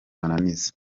mananiza